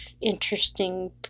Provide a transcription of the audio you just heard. interesting